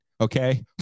Okay